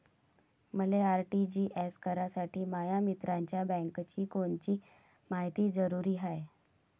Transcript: मले आर.टी.जी.एस करासाठी माया मित्राच्या बँकेची कोनची मायती जरुरी हाय?